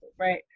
right